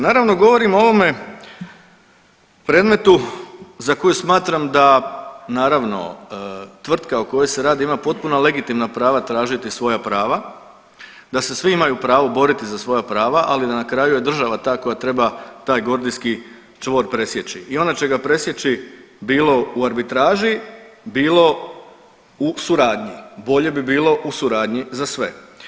Naravno govorim o ovome predmetu za koji smatram da naravno tvrtka o kojoj se radi ima potpuno legitimna prava tražiti svoja prava, da se svi imaju pravo boriti za svoja prava, ali na kraju je država ta koja treba taj gordijski čvor presjeći i ona će ga presjeći bilo u arbitraži, bilo u suradnji, bolje bi bilo u suradnji za sve.